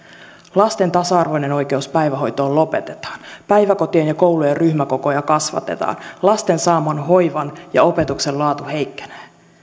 lasten tasa arvoinen oikeus päivähoitoon lopetetaan päiväkotien ja koulujen ryhmäkokoja kasvatetaan lasten saaman hoivan ja opetuksen laatu heikkenee